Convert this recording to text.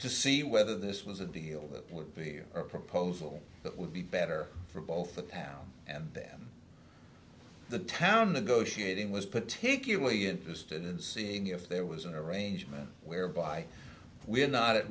to see whether this was a deal that would be a proposal that would be better for both the town and then the town the go shooting was particularly interested in seeing if there was an arrangement whereby we're not at